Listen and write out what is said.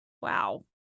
Wow